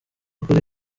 kuri